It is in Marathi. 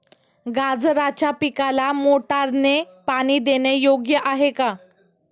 गाजराच्या पिकाला मोटारने पाणी देणे योग्य आहे का?